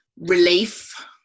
relief